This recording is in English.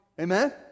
Amen